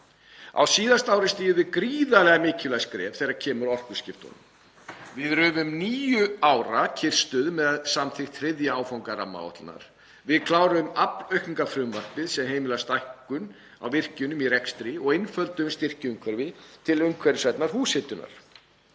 Á síðasta ári stigum við gríðarlega mikilvægt skref þegar kemur að orkuskiptunum, við rufum níu ára kyrrstöðu með samþykkt 3. áfanga rammaáætlunar. Við kláruðum aflaukningarfrumvarpið sem heimilar stækkun á virkjunum í rekstri og einfölduðum styrkjaumhverfi til umhverfisvænnar húshitunar.